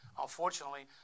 Unfortunately